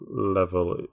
level